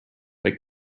but